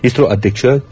ಇಸ್ತೋ ಅಧ್ವಕ್ಷ ಕೆ